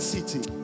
City